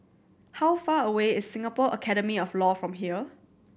how far away is Singapore Academy of Law from here